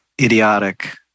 idiotic